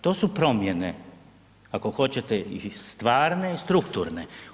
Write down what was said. To su promjene, ako hoćete i stvarne i strukturne.